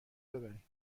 ببرین